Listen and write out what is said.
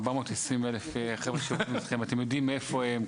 420 חבר'ה אתם יודעים איפה הם,